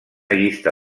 llista